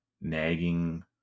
nagging